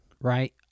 right